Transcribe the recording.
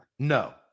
No